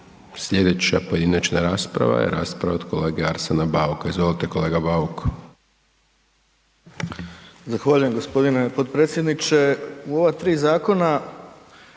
Slijedeća pojedinačna rasprava je rasprava od kolege Arsena Bauka, izvolite kolega Buk.